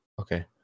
Okay